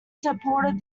supported